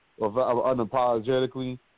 unapologetically